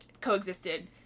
coexisted